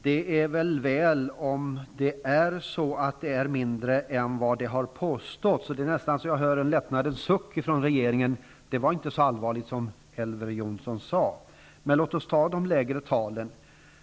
Det är väl om det är så att omfattningen är mindre än som har påståtts -- det är nästan så att jag hör en lättnadens suck från regeringen: Det var inte så allvarligt som Elver Men låt oss ta de lägre talen!